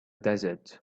desert